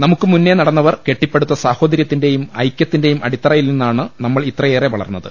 നമുക്ക് മുന്നെ നടന്നവർ കെട്ടിപ്പടുത്ത സാഹോദര്യത്തിന്റെയും ഐക്യത്തിന്റെയും അടിത്തറയിൽ നിന്നാണ് നമ്മൾ ഇത്രയേറെ വളർന്നത്